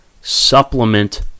supplement